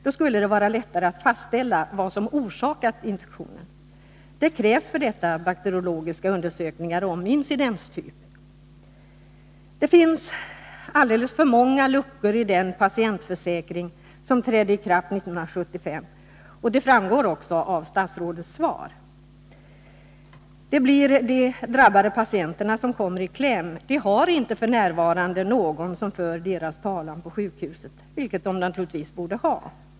Då skulle det vara lättare att fastställa vad som orsakat infektionen. Det krävs för detta bakteriologiska undersökningar om incidenstyp. Det finns alldeles för många luckor i den patientförsäkring som trädde i kraft 1975. Det framgår också av statsrådets svar. Det blir de drabbade patienterna som kommer i kläm. De har f. n. inte någon som för deras talan på sjukhuset, vilket de naturligtvis borde ha.